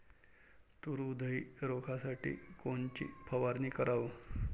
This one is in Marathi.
तूर उधळी रोखासाठी कोनची फवारनी कराव?